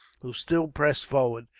who still pressed forward,